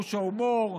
חוש ההומור,